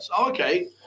Okay